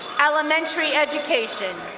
elementary education.